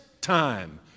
time